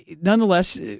nonetheless